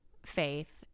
faith